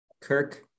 Kirk